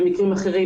במקרים אחרים,